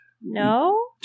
No